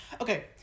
Okay